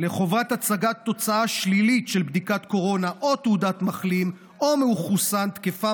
לחובת הצגת תוצאה שלילית של בדיקת קורונה או תעודת מחלים או מחוסן תקפה,